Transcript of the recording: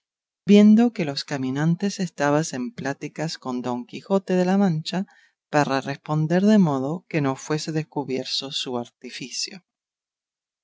viendo que los caminantes estaban en pláticas con don quijote de la mancha para responder de modo que no fuese descubierto su artificio